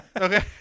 okay